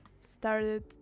started